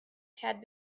had